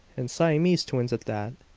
and siamese twins at that!